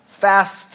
fast